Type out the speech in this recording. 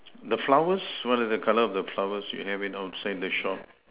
the flowers what is the colour of flowers you have it outside the shop